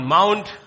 Mount